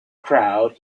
crowd